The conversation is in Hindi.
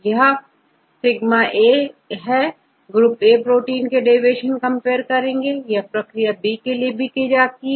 यहσ है ग्रुप A प्रोटीन से डेविएशन कंपेयर करते हैं यह प्रक्रिया ग्रुप बी के साथ ही की जाती है